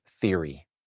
theory